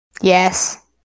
Yes